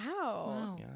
Wow